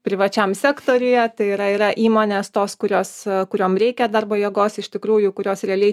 privačiam sektoriuje tai yra yra įmonės tos kurios a kuriom reikia darbo jėgos iš tikrųjų kurios realiai